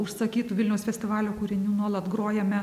užsakytų vilniaus festivalio kūrinių nuolat grojame